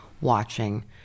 watching